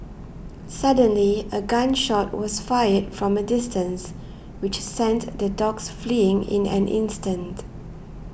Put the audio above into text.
suddenly a gun shot was fired from a distance which sent the dogs fleeing in an instant